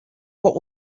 what